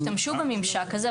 השתמשו בממשק הזה,